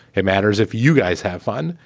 it matters if you guys have fun.